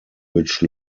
which